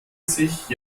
sich